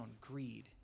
greed